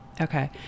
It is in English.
Okay